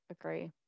agree